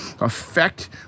affect